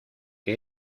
que